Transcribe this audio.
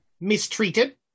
mistreated